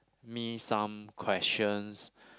me some questions